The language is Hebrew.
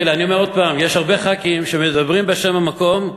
אני אומר עוד פעם: יש הרבה ח"כים שמדברים בשם המקום,